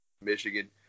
Michigan